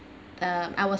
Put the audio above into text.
um I was